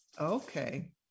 Okay